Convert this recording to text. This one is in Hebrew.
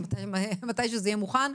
מתי שזה יהיה מוכן,